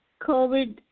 COVID